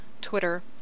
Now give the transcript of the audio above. Twitter